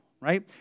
right